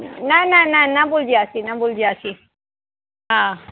न न न न भुल्जियासीं न भुल्जियासीं हा